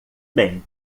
bem